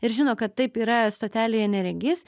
ir žino kad taip yra stotelėje neregys